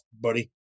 buddy